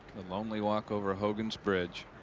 the lonely walk-over hogan's bridge.